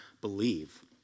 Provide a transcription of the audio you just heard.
believe